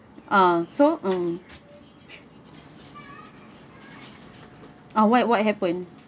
uh so um ah what what happen